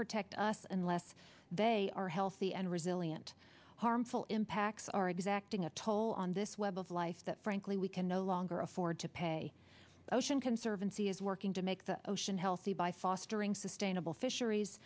protect us and less they are healthy and resilient harmful impacts are exacting a toll on this web of life that frankly we can no longer afford to pay ocean conservancy is working to make the ocean healthy by fostering sustainable fisheries